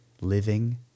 living